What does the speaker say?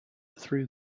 through